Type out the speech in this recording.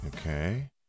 Okay